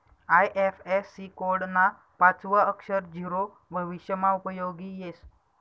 IFSC code ना पाचवं अक्षर झीरो भविष्यमा उपयोगी येस